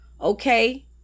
okay